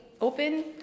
open